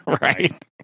Right